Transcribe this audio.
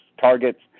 targets